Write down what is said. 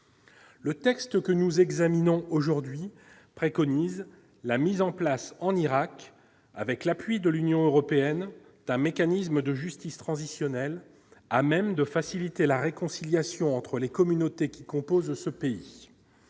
Le texte que nous examinons aujourd'hui préconise la mise en place en Irak, avec l'appui de l'Union européenne d'un mécanisme de justice transitionnelle à même de faciliter la réconciliation entre les communautés qui composent ce pays,